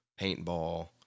paintball